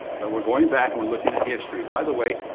but we're going back and we're looking at history. by the way,